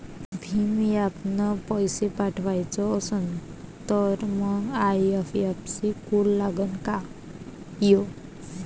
भीम ॲपनं पैसे पाठवायचा असन तर मंग आय.एफ.एस.सी कोड लागनच काय?